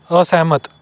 ਅਸਹਿਮਤ